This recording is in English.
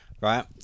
right